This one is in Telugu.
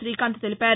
శ్రీకాంత్ తెలిపారు